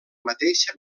mateixa